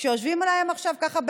יושבים להם עכשיו ככה,